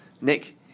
Nick